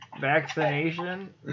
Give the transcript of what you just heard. vaccination